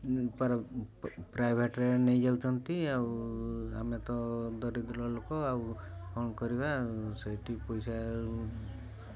ପ୍ରାଇଭେଟ୍ରେ ନେଇଯାଉଛନ୍ତି ଆଉ ଆମେ ତ ଦାରିଦ୍ର ଲୋକ ଆଉ କ'ଣ କରିବା ଆଉ